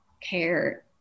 care